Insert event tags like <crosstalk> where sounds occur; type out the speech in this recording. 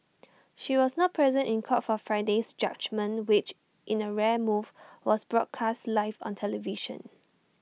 <noise> she was not present in court for Friday's judgement which in A rare move was broadcast live on television